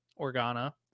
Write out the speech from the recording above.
Organa